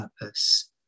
purpose